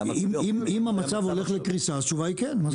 אם המצב הולך לקריסה התשובה היא כן מה זאת אומרת?